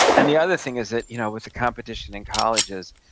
and the other thing is that you know with the competition in colleges,